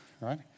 right